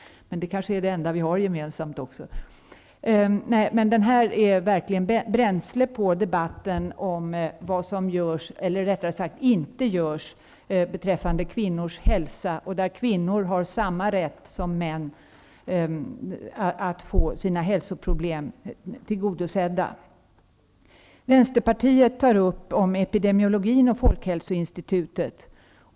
Men det är kanske det enda vi har gemensamt. Boken utgör bränsle på debatten om vad som inte görs beträffande kvinnors hälsa. Kvinnor har samma rätt som män att få sina hälsoproblem tillgodosedda. Vänsterpartiet tar upp frågan om epidemiologi och folkhälsoinstitutet.